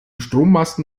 strommasten